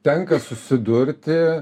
tenka susidurti